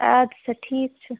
اَدٕسہ ٹھیٖک چھ